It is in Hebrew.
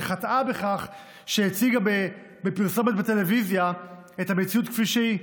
שחטאה בכך שהציגה בפרסומת בטלוויזיה את המציאות כפי שהיא,